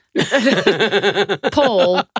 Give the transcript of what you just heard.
Paul